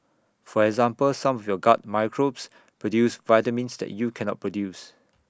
for example some of your gut microbes produce vitamins that you can not produce